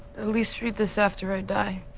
at least read this after i die.